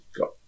got